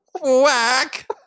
whack